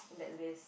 that list